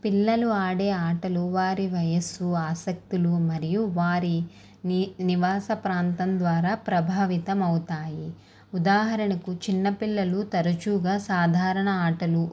పిల్లలు ఆడే ఆటలు వారి వయస్సు ఆసక్తులు మరియు వారి ని నివాస ప్రాంతం ద్వారా ప్రభావితం అవుతాయి ఉదాహరణకు చిన్నపిల్లలు తరచుగా సాధారణ ఆటలు